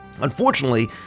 Unfortunately